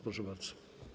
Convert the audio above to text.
Proszę bardzo.